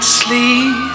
sleep